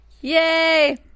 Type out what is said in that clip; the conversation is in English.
Yay